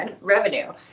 revenue